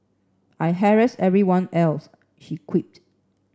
I'd harass everyone else she quipped